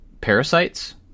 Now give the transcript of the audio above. parasites